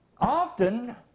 Often